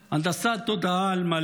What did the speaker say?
הנדסת תודעה על מלא,